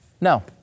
No